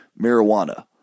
marijuana